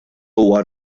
huwa